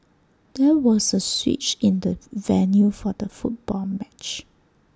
there was A switch in the venue for the football match